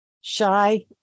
Shy